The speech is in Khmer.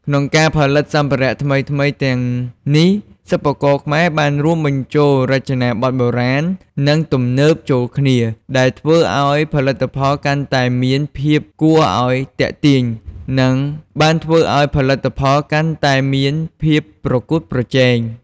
ក្នុងការផលិតសម្ភារៈថ្មីៗទាំងនេះ សិប្បករខ្មែរបានរួមបញ្ចូលរចនាបថបុរាណ និងទំនើបចូលគ្នាដែលធ្វើឲ្យផលិតផលកាន់តែមានភាពគួរឲ្យទាក់ទាញ និងបានធ្វើឱ្យផលិតផលកាន់តែមានភាពប្រកួតប្រជែង។។